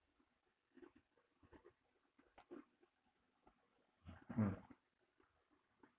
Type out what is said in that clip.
hmm